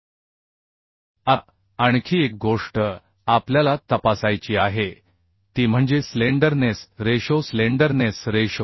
आता आणखी एक गोष्ट आपल्याला तपासायची आहे ती म्हणजे स्लेंडरनेस रेशो स्लेंडरनेस रेशो